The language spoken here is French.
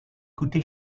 coûté